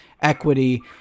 equity